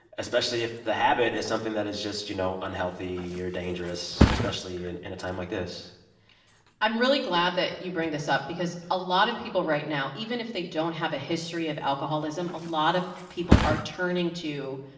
especially if the habit is something that is just, you know, unhealthy or dangerous, especially in in a time like this i'm really glad that you bring this up because a lot of people right now, even if they don't have a history of alcoholism, a lot of people are turning to